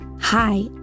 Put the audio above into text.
Hi